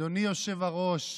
אדוני היושב-ראש,